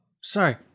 sorry